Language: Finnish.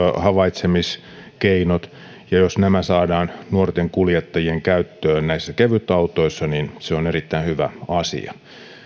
havaitsemiskeinot ja jos nämä saadaan nuorten kuljettajien käyttöön näissä kevytautoissa niin se on erittäin hyvä asia